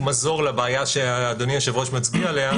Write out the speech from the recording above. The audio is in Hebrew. מזור לבעיה שאדוני היושב-ראש מצביע עליה,